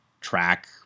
track